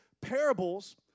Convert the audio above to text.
Parables